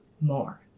more